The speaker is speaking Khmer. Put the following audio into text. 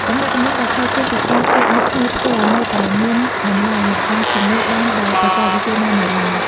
ទំនាក់ទំនងដែលកើតចេញពីការជួបមុខគ្នាផ្ទាល់នៅតែមានតម្លៃមិនអាចជំនួសបានដោយបច្ចេកវិទ្យាណាមួយឡើយ។